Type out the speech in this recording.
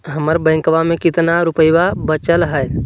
हमर बैंकवा में कितना रूपयवा बचल हई?